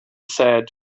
said